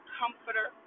comforter